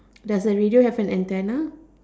does the radio have an antenna